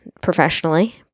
professionally